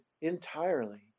entirely